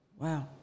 Wow